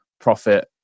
profit